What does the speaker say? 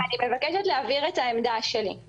אני מבקשת להבהיר את העמדה שלי.